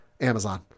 Amazon